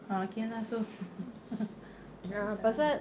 oh okay lah so tapi tak ah